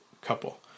couple